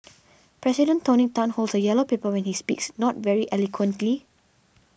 President Tony Tan holds a yellow paper when he speaks not very eloquently